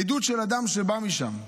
עדות של אדם שבא משם,